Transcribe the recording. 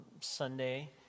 Sunday